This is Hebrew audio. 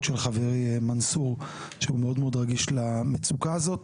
של חברי מנסור שרגיש מאוד למצוקה הזאת